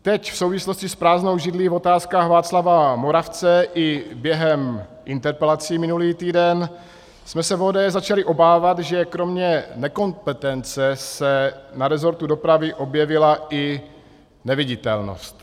Teď v souvislosti s prázdnou židlí v Otázkách Václava Moravce i během interpelací minulý týden jsme se v ODS začali obávat, že kromě nekompetence se na resortu dopravy objevila i neviditelnost.